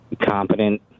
competent